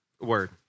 word